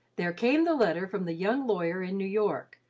there came the letter from the young lawyer in new york,